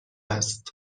است